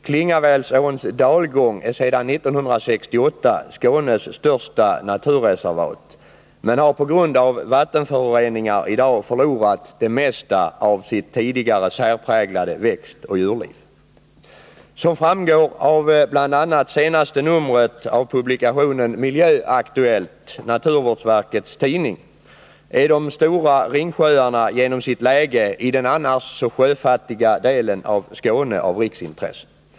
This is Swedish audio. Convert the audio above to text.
Klingavälsåns dalgång är sedan 1968 Skånes största naturreservat men har på grund av vattenföroreningar förlorat det mesta av sitt tidigare särpräglade växtoch djurliv. Som framgår av bl.a. senaste numret av publikationen Miljöaktuellt, naturvårdsverkets tidning, är de stora Ringsjöarna genom sitt läge i den annars sjöfattiga delen av Skåne av riksintresse.